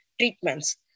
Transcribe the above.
treatments